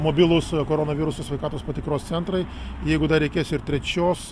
mobilūs koronaviruso sveikatos patikros centrai jeigu dar reikės ir trečios